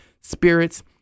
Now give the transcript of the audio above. spirits